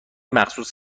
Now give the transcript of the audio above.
مخصوص